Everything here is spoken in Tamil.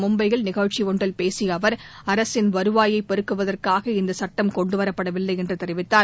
மும்பையில் நிகழ்ச்சி ஒன்றில் பேசிய அவர் அரசின் வருவாயை பெருக்குவதற்காக இந்தச் சட்டம் கொண்டுவரப்படவில்லை என்று தெரிவித்தார்